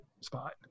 spot